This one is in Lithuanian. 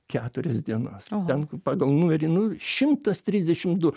keturias dienas ten pagal numerį nu šimtas trisdešimt du